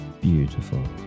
beautiful